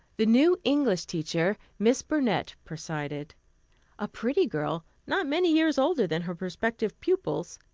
the new english teacher, miss burnett, presided a pretty girl, not many years older than her prospective pupils.